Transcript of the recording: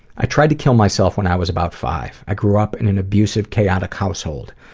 i tried to kill myself when i was about five. i grew up in an abusive chaotic household.